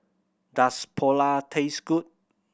does Pulao taste good